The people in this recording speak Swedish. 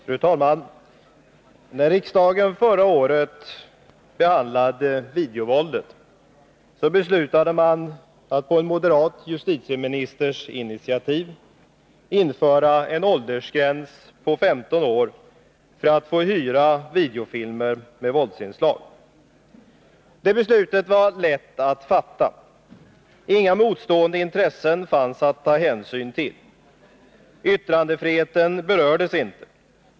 Fru talman! När riksdagen förra året behandlade videovåldet beslutades — på en moderat justitieministers initiativ — att införa en åldersgräns på 15 år för att man skall få hyra videofilmer med våldsinslag. Det beslutet var lätt att fatta. Inga motstående intressen av betydelse fanns att ta hänsyn till. Yttrandefriheten berördes inte.